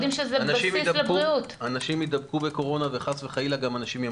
אין לי ספק שכל חדרי הכושר יהיו פתוחים גם פה.